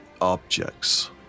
objects